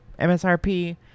MSRP